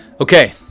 Okay